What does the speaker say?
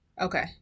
Okay